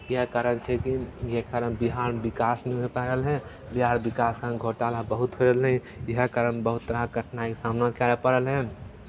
इएह कारण छै कि जे कारण बिहारमे विकास नहि होइ पा रहल हइ बिहार विकासमे घोटाला बहुत हो रहलै हइ इएह कारण बहुत तरहके कठिनाइके सामना करय पड़ल हन